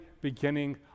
beginning